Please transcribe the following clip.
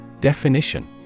Definition